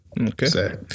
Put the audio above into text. Okay